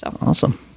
Awesome